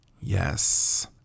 Yes